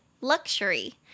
Luxury